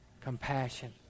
Compassion